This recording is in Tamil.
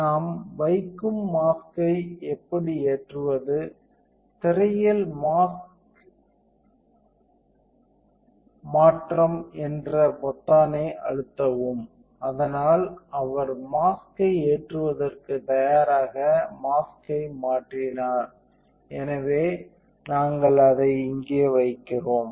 நாம் வைக்கும் மாஸ்க்யை எப்படி ஏற்றுவது திரையில் மாற்றம் மாஸ்க் என்ற பொத்தானை அழுத்தவும் அதனால் அவர் மாஸ்க்யை ஏற்றுவதற்கு தயாராக மாஸ்க்யை மாற்றினார் எனவே நாங்கள் அதை இங்கே வைக்கிறோம்